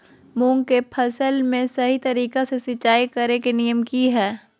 मूंग के फसल में सही तरीका से सिंचाई करें के नियम की हय?